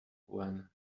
when